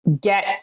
get